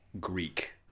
Greek